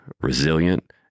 resilient